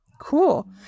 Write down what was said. Cool